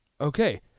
okay